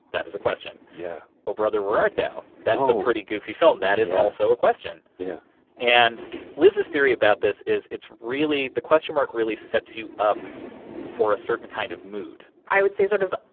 that is a question yeah o brother, where art thou, that's a pretty goofy film. that is also a question yeah and liz's theory about this is it's really, the question mark really sets you up for a certain kind of mood i would say sort of,